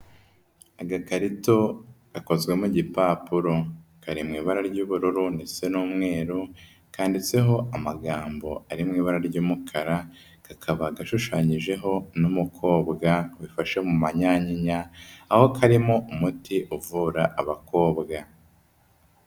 Agakarito gakozwe mu gipapuro, kari mu ibara ry'ubururu ndetse n'umweru, kanditseho amagambo ari mu ibara ry'umukara, kakaba gashushanyijeho n'umukobwa wifashe mu manyanyinya aho karimo umuti uvura abakobwa.